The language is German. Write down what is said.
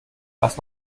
was